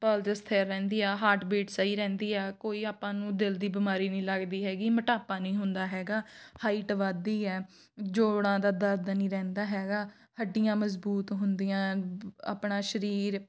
ਪਲਜ਼ ਸਥਿਰ ਰਹਿੰਦੀ ਆ ਹਾਰਟਬੀਟ ਸਹੀ ਰਹਿੰਦੀ ਆ ਕੋਈ ਆਪਾਂ ਨੂੰ ਦਿਲ ਦੀ ਬਿਮਾਰੀ ਨਹੀਂ ਲੱਗਦੀ ਹੈਗੀ ਮੋਟਾਪਾ ਨਹੀਂ ਹੁੰਦਾ ਹੈਗਾ ਹਾਈਟ ਵੱਧਦੀ ਹੈ ਜੋੜਾਂ ਦਾ ਦਰਦ ਨਹੀਂ ਰਹਿੰਦਾ ਹੈਗਾ ਹੱਡੀਆਂ ਮਜ਼ਬੂਤ ਹੁੰਦੀਆਂ ਆਪਣਾ ਸਰੀਰ